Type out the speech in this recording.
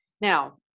Now